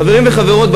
חברים וחברות,